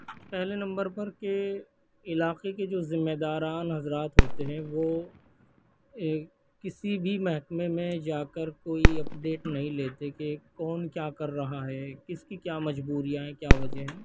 پہلے نمبر پر کہ علاقے کے جو ذمے داران حضرات ہوتے ہیں وہ کسی بھی محکمے میں جا کر کوئی اپڈیٹ نہیں لیتے کہ کون کیا کر رہا ہے کس کی کیا مجبوریاں ہیں کیا وجہ ہے